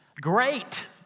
Great